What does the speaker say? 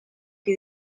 que